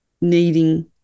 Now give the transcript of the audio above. needing